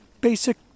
basic